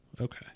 Okay